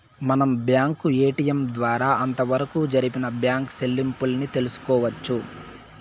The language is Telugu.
మనం బ్యాంకు ఏటిఎం ద్వారా అంతవరకు జరిపిన బ్యాంకు సెల్లింపుల్ని తెలుసుకోవచ్చు